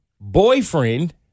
boyfriend